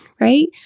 right